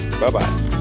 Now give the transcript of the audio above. Bye-bye